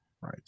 Right